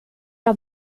are